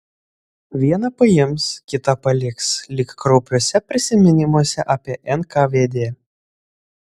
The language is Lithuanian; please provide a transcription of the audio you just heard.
vieną paims kitą paliks lyg kraupiuose prisiminimuose apie nkvd